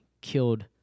killed